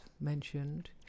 mentioned